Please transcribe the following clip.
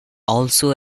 also